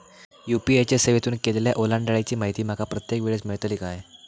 UPI च्या सेवेतून केलेल्या ओलांडाळीची माहिती माका प्रत्येक वेळेस मेलतळी काय?